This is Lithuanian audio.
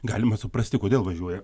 galima suprasti kodėl važiuoja